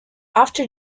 after